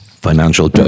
Financial